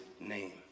name